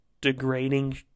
degrading